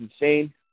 insane